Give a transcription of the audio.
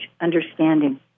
understanding